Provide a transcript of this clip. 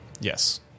Yes